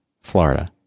Florida